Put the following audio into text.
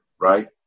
Right